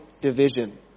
division